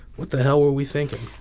what the hell were we thinking?